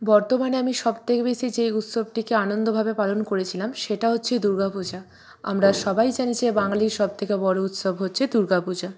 বর্তমানে আমি সব থেকে বেশি যে উৎসবটিকে আনন্দভাবে পালন করেছিলাম সেটা হচ্ছে দুর্গা পূজা আমরা সবাই জানি যে বাঙালির সব থেকে বড়ো উৎসব হচ্ছে দুর্গা পূজা